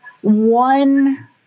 one